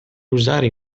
usare